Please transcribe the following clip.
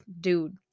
dude